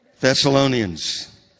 Thessalonians